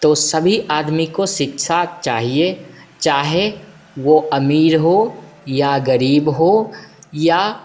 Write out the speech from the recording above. तो सभी आदमी को शिक्षा चाहिए चाहे वो अमीर हो या गरीब हो या